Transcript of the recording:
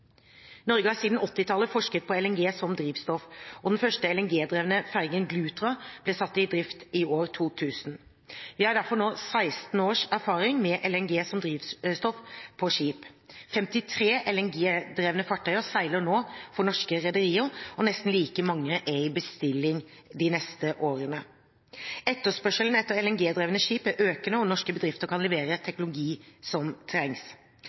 Norge har siden 1980-tallet forsket på LNG som drivstoff, og den første LNG-drevne fergen «Glutra» ble satt i drift i 2000. Vi har derfor nå 16 års erfaring med LNG som drivstoff på skip. 53 LNG-drevne fartøyer seiler nå for norske rederier, og nesten like mange er i bestilling for de neste årene. Etterspørselen etter LNG-drevne skip er økende, og norske bedrifter kan levere teknologien som trengs.